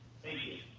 thank you.